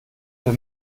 für